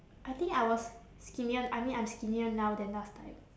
I think I was skinnier I mean I'm skinnier now than last time